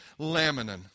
laminin